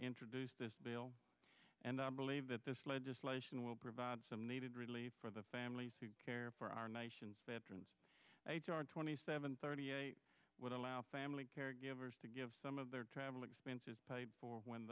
introduce this bill and i believe that this legislation will provide some needed relief for the families who care for our nation's veterans twenty seven thirty i would allow family caregivers to give some of their travel expenses paid for when